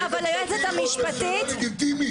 כמו רפובליקת בננות.